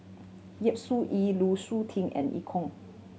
Yap Su Yin Lu Suitin and Eu Kong